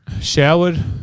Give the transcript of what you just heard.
showered